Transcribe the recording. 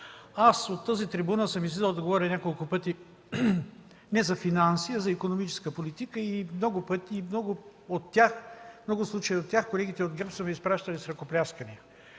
Аз от тази трибуна съм излизал да говоря няколко пъти не за финанси, а за икономическа политика и в много случаи от тях колегите от ГЕРБ са ме изпращали с ръкопляскания.